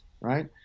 right